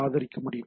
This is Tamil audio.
ஆதரிக்க முடியும்